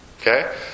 Okay